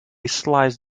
slice